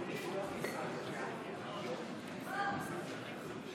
54 בעד, 60